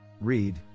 Read